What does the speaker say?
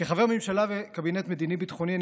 כחבר ממשלה וקבינט מדיני-ביטחוני אני